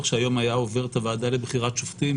שהיום היה עובר את הוועדה לבחירת שופטים,